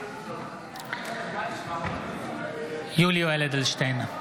חברי הכנסת) יולי יואל אדלשטיין,